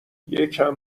یکم